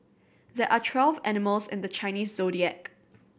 there are twelve animals in the Chinese Zodiac